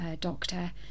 doctor